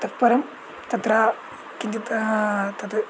तत्परं तत्र किञ्चित् तत्